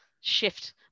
shift